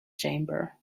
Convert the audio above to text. chamber